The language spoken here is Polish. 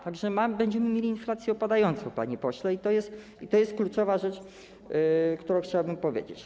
Także będziemy mieli inflację opadającą, panie pośle, i to jest kluczowa rzecz, którą chciałbym powiedzieć.